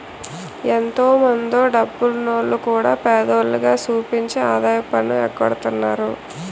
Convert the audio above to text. ఎంతో మందో డబ్బున్నోల్లు కూడా పేదోల్లుగా సూపించి ఆదాయపు పన్ను ఎగ్గొడతన్నారు